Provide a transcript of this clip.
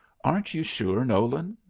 aren't you sure, nolan?